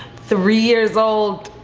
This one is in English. three years old,